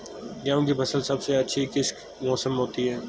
गेंहू की फसल सबसे अच्छी किस मौसम में होती है?